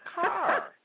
Car